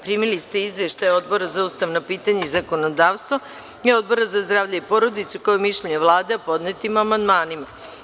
Primili ste izveštaje Odbora za ustavna pitanja i zakonodavstvo i Odbora za zdravlje i porodicu, kao i mišljenje Vlade o podnetim amandmanima.